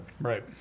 Right